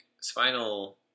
spinal